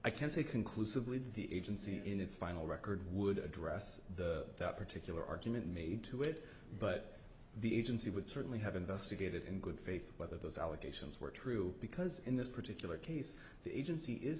i can say conclusively that the agency in its final record would address the particular argument made to it but the agency would certainly have investigated in good faith whether those allegations were true because in this particular case the agency is